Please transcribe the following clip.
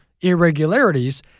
irregularities